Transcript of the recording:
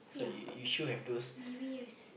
yeah maybe yes